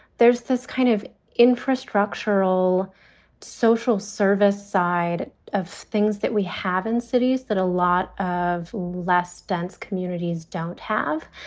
there's this kind of infrastructural social service side of things that we have in cities that a lot of less dense communities don't have.